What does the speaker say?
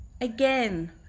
again